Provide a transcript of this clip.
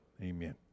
amen